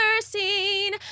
seen